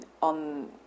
on